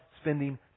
spending